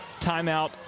timeout